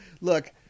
look